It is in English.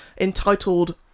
entitled